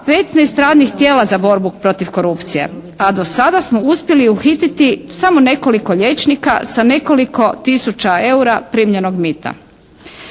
radnih tijela za borbu protiv korupcije a do sada smo uspjeli uhititi samo nekoliko liječnika sa nekoliko tisuća eura primljenog mita.